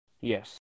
Yes